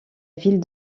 ville